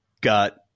got